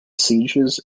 sieges